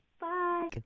Bye